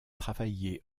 travaillé